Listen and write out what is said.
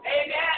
amen